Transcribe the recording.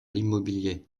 l’immobilier